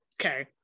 Okay